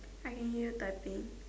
I can hear typing